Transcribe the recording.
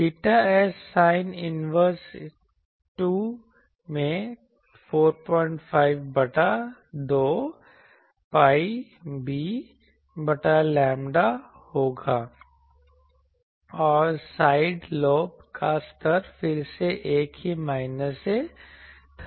𝚹S sin inverse 2 में 45 बटा 2 pi b बटा लैम्ब्डा होगा और साइड लोब का स्तर फिर से एक ही माइनस से 1326dB है